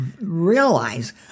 realize